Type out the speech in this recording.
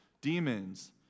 demons